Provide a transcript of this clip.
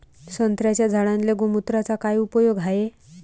संत्र्याच्या झाडांले गोमूत्राचा काय उपयोग हाये?